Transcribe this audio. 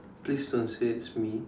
please don't say it's me